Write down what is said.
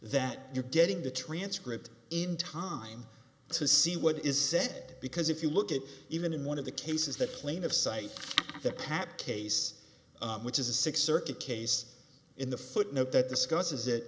that you're getting the transcript in time to see what is said because if you look at even in one of the cases the claim of cite the cap case which is a six circuit case in the footnote that discusses that